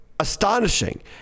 astonishing